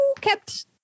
kept